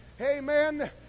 Amen